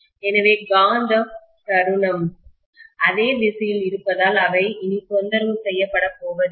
எனவே காந்த தருணம்மொமென்ட் அதே திசையில் இருப்பதால் அவை இனி தொந்தரவு செய்யப் பட போவதில்லை